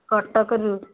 କଟକରୁ